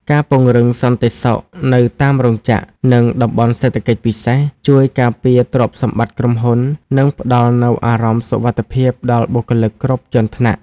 ការពង្រឹងសន្តិសុខនៅតាមរោងចក្រ និងតំបន់សេដ្ឋកិច្ចពិសេស ជួយការពារទ្រព្យសម្បត្តិក្រុមហ៊ុន និងផ្ដល់នូវអារម្មណ៍សុវត្ថិភាពដល់បុគ្គលិកគ្រប់ជាន់ថ្នាក់។